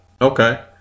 okay